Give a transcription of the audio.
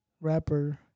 rapper